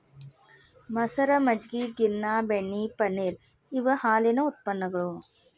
ಮಸರ, ಮಜ್ಜಗಿ, ಗಿನ್ನಾ, ಬೆಣ್ಣಿ, ಪನ್ನೇರ ಇವ ಹಾಲಿನ ಉತ್ಪನ್ನಗಳು